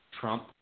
Trump